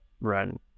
run